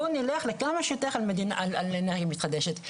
בוא נלך לכמה שיותר אנרגיה מתחדשת.